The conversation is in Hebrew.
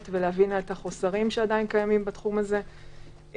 ולהבין את החוסרים שעדיין קיימים בתחום הזה.